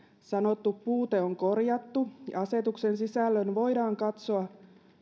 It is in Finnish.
sanottu puute on korjattu ja asetuksen sisällön voidaan katsoa